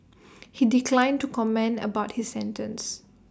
he declined to comment about his sentence